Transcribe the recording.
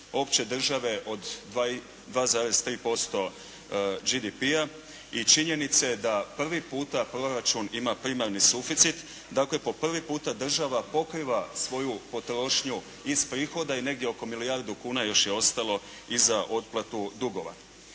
opće države od 2,3% GDP-a i činjenice da prvi puta proračun ima primarni suficit, dakle po prvi puta država pokriva svoju potrošnju iz prihoda i negdje oko milijardu kuna još je ostalo i za otplatu dugova.